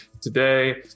today